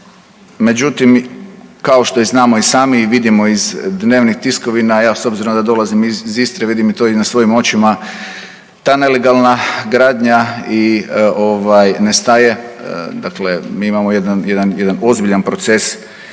Međutim, kao što i znamo i sami i vidimo iz dnevnih tiskovina, ja s obzirom da dolazim iz, iz Istre vidim i to i na svojim očima, ta nelegalna gradnja i ovaj ne staje dakle mi imamo jedan, jedan, jedan